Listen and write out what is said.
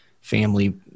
family